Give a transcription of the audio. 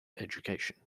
education